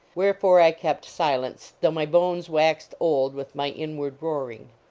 wherefore i kept silence, though my bones waxed old with my inward roaring.